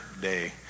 day